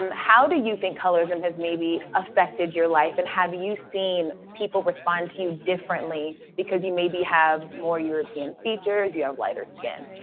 um how do you think colorism has maybe affected your life? and have you seen people respond to you differently because you maybe have more european features, you have lighter skin?